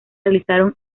realizaron